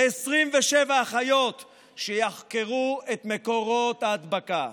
ל-27 אחיות שיחקרו את מקורות ההדבקה.